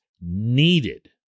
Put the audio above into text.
needed